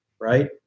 right